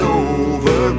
over